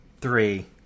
three